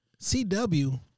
CW